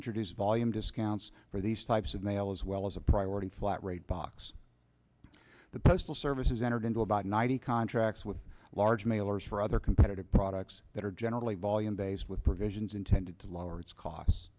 introduce volume discounts for these types of mail as well as a priority flat rate box the postal service has entered into about ninety contracts with large mailers for other competitive products that are generally volume days with provisions intended to lower its costs